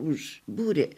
už būrė